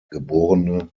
geb